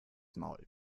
maul